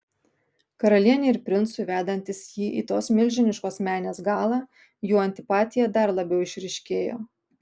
karalienei ir princui vedantis jį į tos milžiniškos menės galą jų antipatija dar labiau išryškėjo